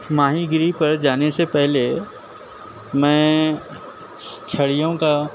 ماہی گیری پر جانے سے پہلے میں چھڑیوں کا